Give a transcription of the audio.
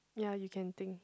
ya you can think